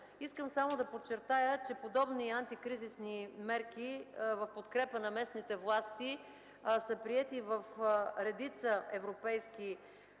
Искам само да подчертая, че подобни антикризисни мерки в подкрепа на местните власти са приети в редица европейски